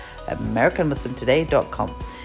americanmuslimtoday.com